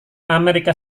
amerika